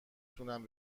تونم